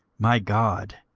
my god,